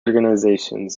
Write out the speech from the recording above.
organizations